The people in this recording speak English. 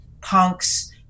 punks